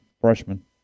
freshman